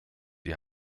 die